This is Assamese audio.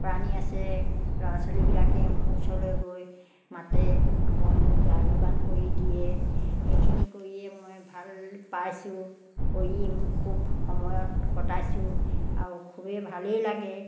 প্ৰাণী আছে ল'ৰা ছোৱালীবিলাকে মোৰ ওচৰলৈ গৈ মাতে আকৌ মোক যা যোগান কৰি দিয়ে সেইখিনি কৰিয়ে মই ভাল পাইছোঁ কৰি মোক খুব সময়ত কটাইছোঁ আৰু খুবেই ভালেই লাগে